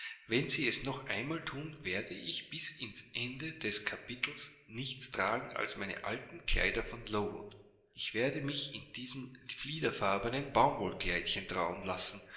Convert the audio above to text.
wenn sie es noch einmal thun werde ich bis ans ende des kapitels nichts tragen als meine alten kleider von lowood ich werde mich in diesem fliederfarbenen baumwollkleidchen trauen lassen